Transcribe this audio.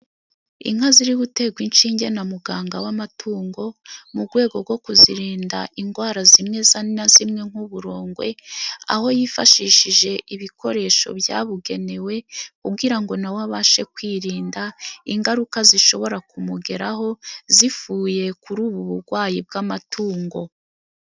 Inka ziri guterwa inshinge na muganga w'amatungo mu rwego rwo kuzirinda indwara zimwe na zimwe nk'uburondwe, aho yifashishije ibikoresho byabugenewe, kugira ngo nawe abashe kwirinda ingaruka zishobora kumugeraho zivuye kuri ubu burwayi bw'amatungo.